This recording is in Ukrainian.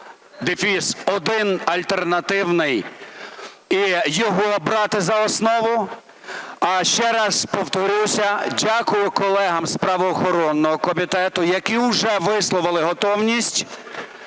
за 5709-1 альтернативний і його брати за основу. А ще раз повторюся, дякую колегам з правоохоронного комітету, які вже висловили готовність